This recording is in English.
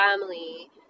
family